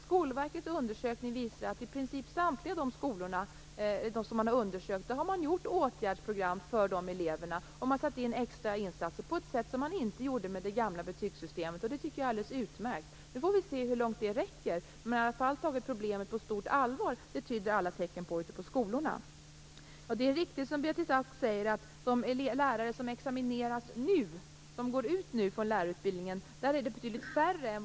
Skolverkets undersökning visar att i princip i samtliga de skolor som man har undersökt har man utarbetat åtgärdsprogram för dessa elever, och man har satt in extra insatser på ett sätt som man inte gjorde när man hade det gamla betygsystemet. Det tycker jag är alldeles utmärkt. Vi får väl se hur långt det räcker. Man har i alla fall tagit problemet på stort allvar. Det tyder alla tecken på ute på skolorna. Det är riktigt som Beatrice Ask säger att det är betydligt färre lärare än vad som var förväntat som examineras nu och som nu går ut från lärarutbildningen.